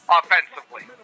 offensively